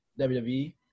WWE